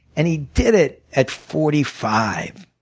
and he did it at forty five.